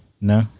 No